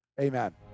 Amen